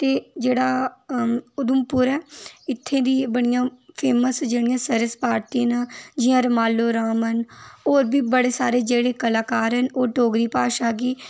ते जेह्ड़ा उघमपुर ऐ इत्थूं दियां बड़ियां फेमस सरस भारती न जि'यां रमालू राम न और बी बड़े सारे जेह्ड़े कलाकार न ओह् डोगरी भाशा गी